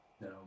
no